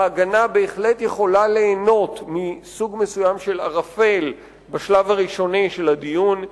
ההגנה בהחלט יכולה ליהנות מסוג מסוים של ערפל בשלב הראשוני של הדיון.